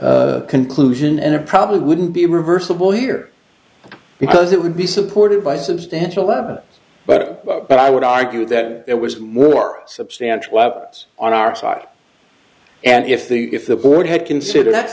conclusion and it probably wouldn't be reversible here because it would be supported by substantial lead but but i would argue that it was more substantial out on our side and if the if the board had considered that